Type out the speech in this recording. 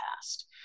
past